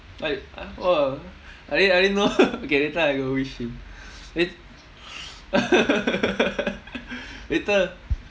like !wah! I didn't I didn't know okay later I go wish him eh later